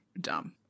dumb